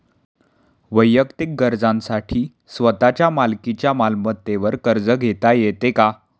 वैयक्तिक गरजांसाठी स्वतःच्या मालकीच्या मालमत्तेवर कर्ज घेता येतो का?